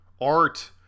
Art